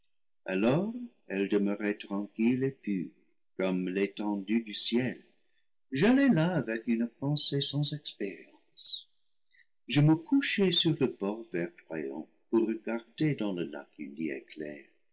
alors elles demeuraient tranquil les et pures comme l'étendue du ciel j'allai là avec une pensée sans expérience je me couchai sur le bord verdoyant pour regarder dans le lac